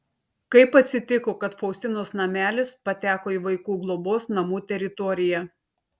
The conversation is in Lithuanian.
kaip atsitiko kad faustinos namelis pateko į vaikų globos namų teritoriją